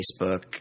Facebook